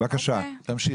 בבקשה, תמשיכי.